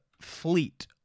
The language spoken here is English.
fleet